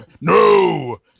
no